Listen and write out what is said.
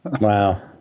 Wow